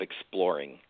exploring